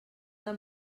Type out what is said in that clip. del